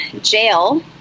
jail